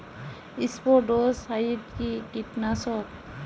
স্পোডোসাইট কি কীটনাশক?